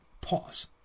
pause